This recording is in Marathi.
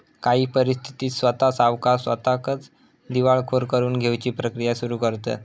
काही परिस्थितीत स्वता सावकार स्वताकच दिवाळखोर करून घेउची प्रक्रिया सुरू करतंत